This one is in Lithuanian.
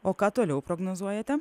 o ką toliau prognozuojate